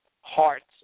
hearts